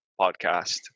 podcast